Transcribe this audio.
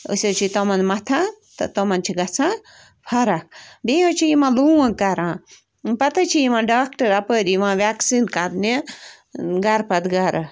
أسۍ حظ چھِ تِمَن مَتھان تہٕ تِمَن چھِ گژھان فرق بیٚیہِ حظ چھِ یِمَن لونٛگ کَران پَتہٕ حظ چھِ یِوان ڈاکٹَر اَپٲرۍ یِوان وٮ۪کسیٖن کَرنہِ گَرٕ پَتہٕ گَرٕ